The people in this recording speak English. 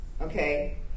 Okay